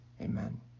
amen